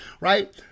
right